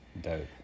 Dope